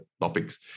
topics